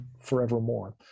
forevermore